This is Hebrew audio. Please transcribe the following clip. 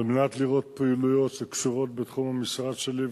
על מנת לראות פעילויות שקשורות בתחום המשרד שלי,